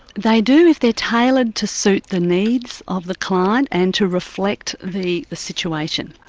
they do if they're tailored to suit the needs of the client, and to reflect the situation.